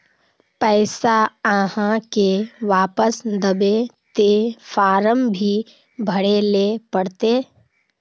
पैसा आहाँ के वापस दबे ते फारम भी भरें ले पड़ते?